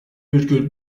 virgül